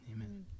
Amen